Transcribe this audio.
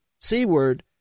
Seaward